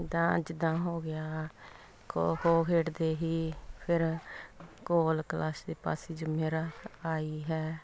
ਜਿੱਦਾਂ ਜਿੱਦਾਂ ਹੋ ਗਿਆ ਖੋ ਖੋ ਖੇਡਦੇ ਸੀ ਫਿਰ ਕੋਲ ਕਲਾਸੀ ਪਾਸੀ ਜ਼ਿੰਮੇ ਰਾਤ ਆਈ ਹੈ